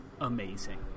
amazing